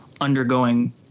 undergoing